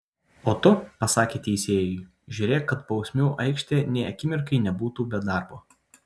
o tu pasakė teisėjui žiūrėk kad bausmių aikštė nė akimirkai nebūtų be darbo